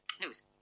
News